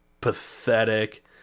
pathetic